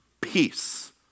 peace